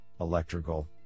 Electrical